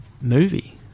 movie